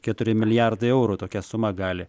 keturi milijardai eurų tokia suma gali